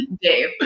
Dave